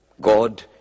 god